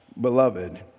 beloved